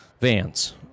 vans